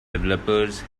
developers